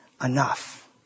enough